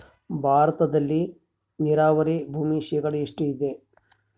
ಭಾರತದಲ್ಲಿ ನೇರಾವರಿ ಭೂಮಿ ಶೇಕಡ ಎಷ್ಟು ಇದೆ?